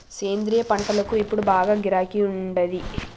సేంద్రియ పంటలకు ఇప్పుడు బాగా గిరాకీ ఉండాది